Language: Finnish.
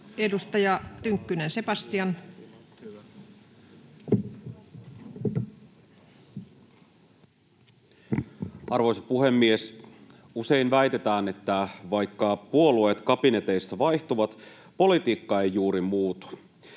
Edustaja Tynkkynen, Sebastian. Arvoisa puhemies! Usein väitetään, että vaikka puolueet kabineteissa vaihtuvat, politiikka ei juuri muutu.